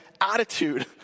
attitude